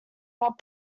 but